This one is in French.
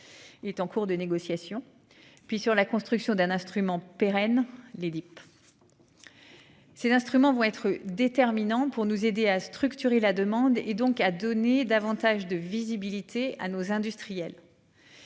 Il est en cours de négociation. Puis sur la construction d'un instrument pérenne les. Ces instruments vont être déterminants pour nous aider à structurer la demande et donc à donner davantage de visibilité à nos industriels.--